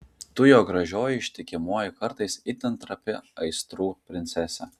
tu jo gražioji ištikimoji kartais itin trapi aistrų princesė